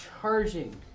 charging